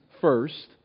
first